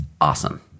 awesome